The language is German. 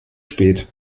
spät